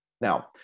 Now